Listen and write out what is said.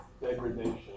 degradation